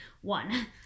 One